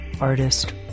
artist